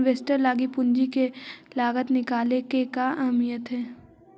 Investor लागी पूंजी के लागत निकाले के का अहमियत हई?